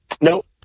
nope